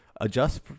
adjust